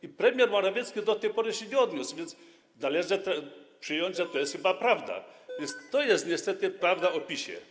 I premier Morawiecki do tej pory się nie odniósł, więc należy przyjąć, że to jest chyba prawda, więc to jest niestety prawda o PiS-ie.